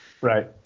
Right